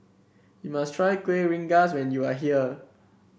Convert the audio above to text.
you must try Kueh Rengas when you are here